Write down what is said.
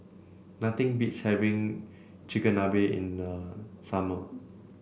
nothing beats having Chigenabe in the summer